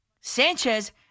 Sanchez